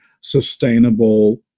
sustainable